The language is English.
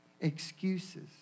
excuses